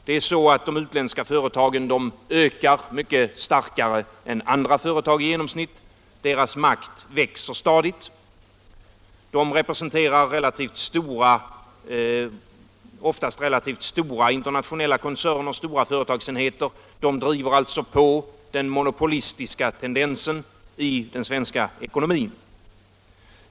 De utländska företagen ökar mycket starkare än andra företag i genomsnitt, deras makt växer stadigt, de representerar oftast relativt stora internationella koncerner, stora företagsenheter, och de driver på den monopolitiska tendens i den svenska ekonomin.